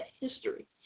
history